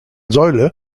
säule